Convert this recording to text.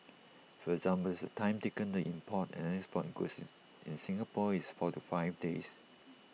for example the time taken to import and export goods in Singapore is four to five days